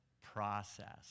process